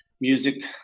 music